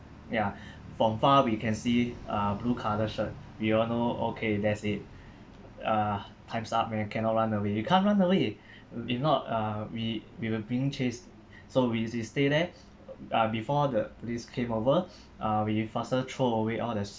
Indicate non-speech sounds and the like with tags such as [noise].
ya [breath] from far we can see uh blue colour shirt we all know okay that's it uh time's up and you cannot run away you can't run away [breath] if not uh we we were being chased so we just stay there [breath] uh before the police came over [breath] uh we faster throw away all the